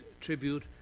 tribute